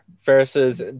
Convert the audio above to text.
versus